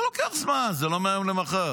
זה לוקח זמן, זה לא מהיום למחר.